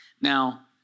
Now